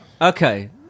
Okay